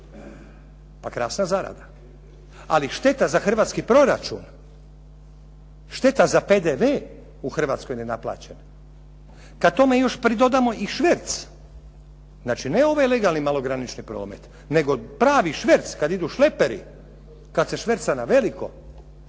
pa krasna zarada. Ali šteta za hrvatski proračun, šteta za PDV u Hrvatskoj nenaplaćen. Kada tome još pridodamo i šverc, znači ne ovaj legalni malogranični promet, nego pravi šverc kada idu šleperi, kada se šverca na veliko,